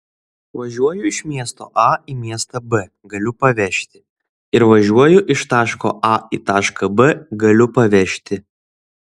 važiuoju iš miesto a į miestą b galiu pavežti ir važiuoju iš taško a į tašką b galiu pavežti